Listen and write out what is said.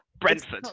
Brentford